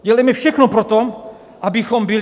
Dělejme všechno pro to, abychom byli...